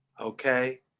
Okay